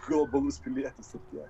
globalus pilietis ir tiek